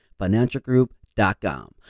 Financialgroup.com